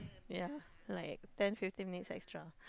ya like ten fifteen minutes extra